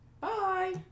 Bye